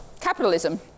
Capitalism